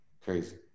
crazy